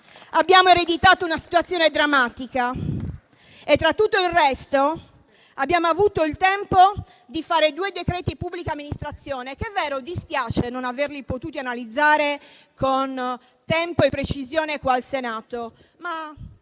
abbiamo ereditato una situazione drammatica e, oltre a tutto il resto, abbiamo avuto il tempo di emanare due decreti-legge per la pubblica amministrazione. È vero, dispiace non averli potuti analizzare con tempo e precisione al Senato, ma